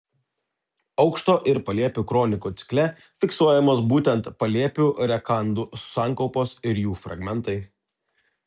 aukšto ir palėpių kronikų cikle fiksuojamos būtent palėpių rakandų sankaupos ir jų fragmentai